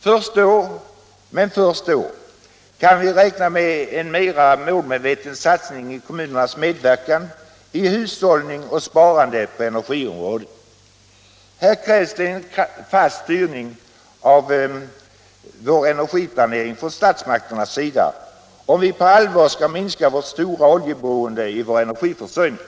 Först då kan vi räkna på kommunernas medverkan i en mera målmedveten satsning på hushållning och sparande på energiområdet. Här krävs det en fast styrning av vår energiplanering från statsmakternas sida, om vi på allvar skall minska det stora oljeberoendet i vår energiförsörjning.